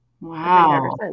wow